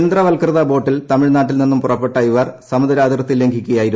യന്ത്രവൽകൃത ബോട്ടിൽ തമിഴ്നാട്ടിൽ നിന്നും പുറപ്പെട്ട ഇവർ സമൂദ്രാതിർത്തി ലംഘിക്കുകയായിരുന്നു